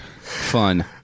fun